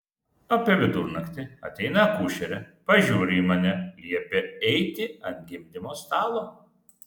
apie vidurnaktį ateina akušerė pažiūri į mane liepia eiti ant gimdymo stalo